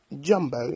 jumbo